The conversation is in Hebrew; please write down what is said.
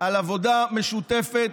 על עבודה משותפת